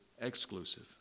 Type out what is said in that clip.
exclusive